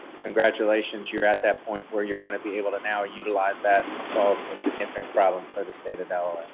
congratulations, you're at that point where you're going to be able to know utilize that and solve a significant problem for the state of delaware.